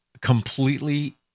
completely